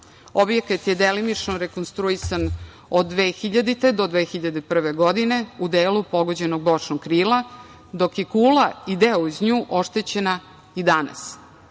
Objekat je delimično rekonstruisan od 2000. do 2001. godine u delu pogođenog bočnog krila, dok je kula i deo uz nju oštećena i danas.I